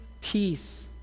peace